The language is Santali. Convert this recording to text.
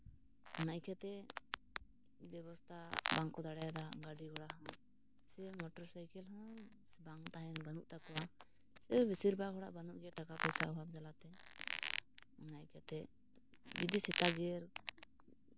ᱚᱱᱟ ᱤᱭᱠᱟᱹᱛᱮ ᱵᱮᱵᱚᱥᱛᱷᱟ ᱵᱟᱝᱠᱚ ᱫᱟᱲᱮᱭᱟᱫᱟ ᱜᱟᱹᱰᱤ ᱜᱷᱚᱲᱟ ᱦᱚᱸ ᱥᱮ ᱢᱚᱴᱚᱨ ᱥᱟᱭᱠᱮᱞ ᱦᱚᱸ ᱵᱟᱝ ᱛᱟᱦᱮᱱ ᱵᱟᱹᱱᱩᱜ ᱛᱟᱠᱚᱣᱟ ᱥᱮ ᱵᱮᱥᱤᱨ ᱵᱷᱟᱜᱽ ᱦᱚᱲᱟᱜ ᱵᱟᱹᱱᱩᱜ ᱜᱮᱭᱟ ᱴᱟᱠᱟ ᱯᱚᱭᱥᱟ ᱚᱵᱷᱟᱵ ᱡᱟᱞᱟᱛᱮ ᱚᱱᱟ ᱤᱭᱠᱟᱹᱛᱮ ᱡᱩᱫᱤ ᱥᱮᱛᱟ ᱜᱮᱨ